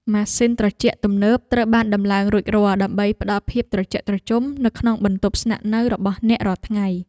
ម៉ាស៊ីនត្រជាក់ទំនើបត្រូវបានដំឡើងរួចរាល់ដើម្បីផ្តល់ភាពត្រជាក់ត្រជុំនៅក្នុងបន្ទប់ស្នាក់នៅរបស់អ្នករាល់ថ្ងៃ។